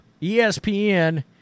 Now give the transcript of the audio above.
ESPN